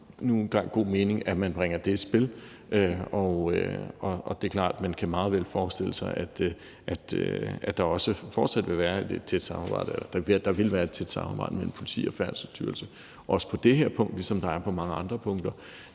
tekniske, indretning af motorkøretøjer, i spil. Det er klart, at man meget vel kan forestille sig, at der også fortsat vil være et tæt samarbejde; altså, der vil være et tæt samarbejde mellem politi og Færdselsstyrelsen, også på det her punkt, ligesom der er på mange andre punkter.